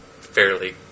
fairly